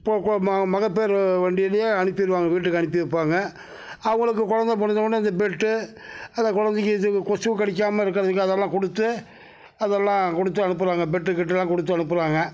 மகப்பேறு வண்டியில் அனுப்பிடுவாங்க வீட்டுக்கு அனுப்பி வைப்பாங்க அவங்களுக்கு குழந்த பிறந்தோனே இந்த பெட்டு அந்த குழந்தைக்கி இது கொசு கடிக்காமல் இருக்கறதுக்கு அதெல்லாம் கொடுத்து அதலாம் கொடுத்து அனுப்புகிறாங்க பெட்டு கிட்டெல்லாம் கொடுத்து அனுப்புகிறாங்க